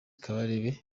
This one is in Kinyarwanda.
kabarebe